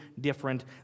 different